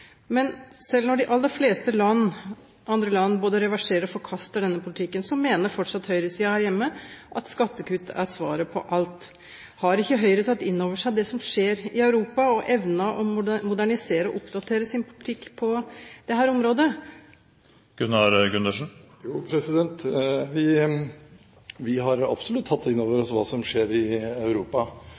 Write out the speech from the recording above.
Men selv når de aller fleste andre land både reverserer og forkaster denne politikken, mener fortsatt høyresiden her hjemme at skattekutt er svaret på alt. Har ikke Høyre tatt inn over seg det som skjer i Europa, og evnet å modernisere og oppdatere sin politikk på dette området? Jo, vi har absolutt tatt inn over oss hva som skjer i Europa.